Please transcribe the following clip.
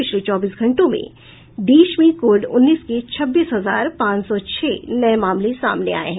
पिछले चौबीस घंटों में देश में कोविड उन्नीस के छब्बीस हजार पांच सौ छह नये मामले सामने आये हैं